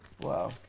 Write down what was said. Wow